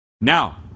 Now